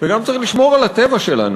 וגם צריך לשמור על הטבע שלנו.